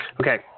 Okay